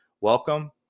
welcome